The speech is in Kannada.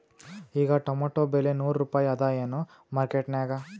ಈಗಾ ಟೊಮೇಟೊ ಬೆಲೆ ನೂರು ರೂಪಾಯಿ ಅದಾಯೇನ ಮಾರಕೆಟನ್ಯಾಗ?